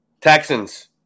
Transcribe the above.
Texans